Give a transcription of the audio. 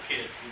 kids